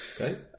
Okay